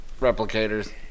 Replicators